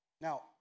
Now